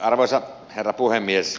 arvoisa herra puhemies